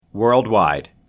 Worldwide